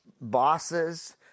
bosses